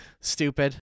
Stupid